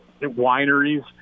Wineries